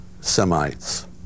Semites